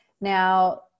Now